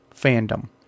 fandom